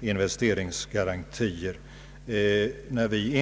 investeringsgarantier.